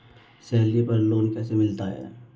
Salary पर loan कैसे मिलता है?